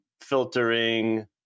filtering